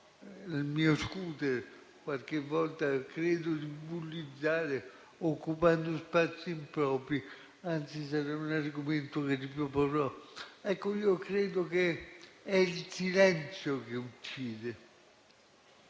il mio *scooter*, qualche volta credo di bullizzare occupando spazi impropri; anzi, sarà un argomento che riproporrò. Credo che sia il silenzio che uccide.